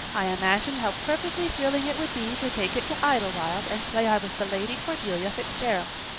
i imagined how perfectly thrilling it would be to take it to idlewild and play i was the lady cordelia fitzgerald.